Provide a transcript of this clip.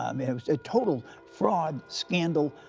um it was a total fraud, scandal,